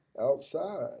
outside